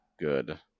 good